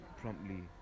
promptly